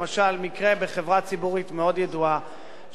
למשל מקרה בחברה ציבורית מאוד ידועה,